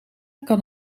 kan